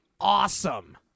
awesome